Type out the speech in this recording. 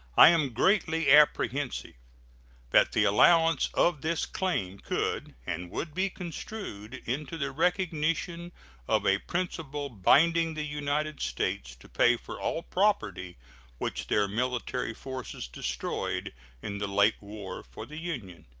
i am greatly apprehensive that the allowance of this claim could and would be construed into the recognition of a principle binding the united states to pay for all property which their military forces destroyed in the late war for the union.